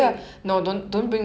but